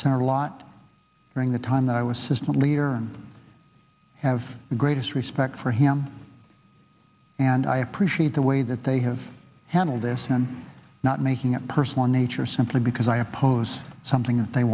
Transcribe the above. our lot during the time that i was system leader and i have the greatest respect for him and i appreciate the way that they have handled this and not making it personal in nature simply because i oppose something they